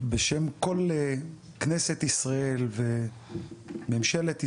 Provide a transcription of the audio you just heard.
בשם כל כנסת ישראל וממשלת ישראל,